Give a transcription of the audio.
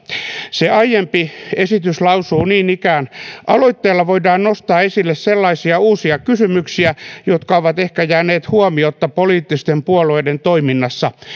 se aiempi esitys lausuu niin ikään aloitteella voidaan nostaa esille sellaisia uusia kysymyksiä jotka ovat ehkä jääneet huomiotta poliittisten puolueiden toiminnassa